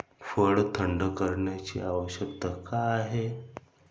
फळ थंड करण्याची आवश्यकता का आहे?